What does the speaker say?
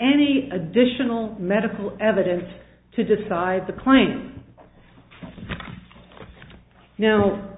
any additional medical evidence to decide the client you know